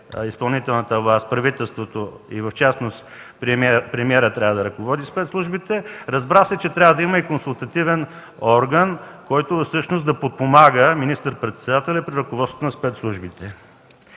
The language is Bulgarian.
изпълнителната власт – правителството, в частност премиерът трябва да ръководи спец частите; разбра се, че трябва да има консултативен орган, който да подпомага министър-председателя при ръководството на спецслужбите.